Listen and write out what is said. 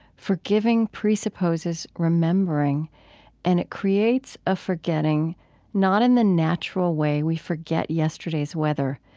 forgiving presupposes remembering and it creates a forgetting not in the natural way we forget yesterday's weather,